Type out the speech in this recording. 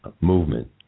movement